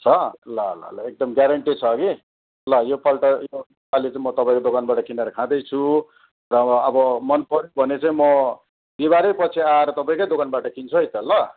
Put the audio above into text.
छ ल ल ल एकदम ग्यारेन्टी छ हगि ल योपल्ट योपाली चाहिँ म तपाईँको दोकानबाट किनेर खाँदैछु र अब अब मनपऱ्यो भने चाहिँ म बिहिवारै पछि आएर तपाँईकै दोकानबाट किन्छु है त ल